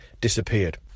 disappeared